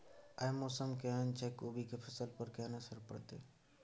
आय मौसम केहन छै कोबी के फसल पर केहन असर परतै?